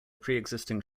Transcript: preexisting